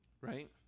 Right